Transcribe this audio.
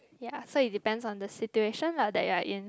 ya so it depends on the situation lah that you're in